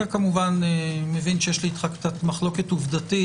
אתה מבין שיש לי איתך מחלוקת עובדתית,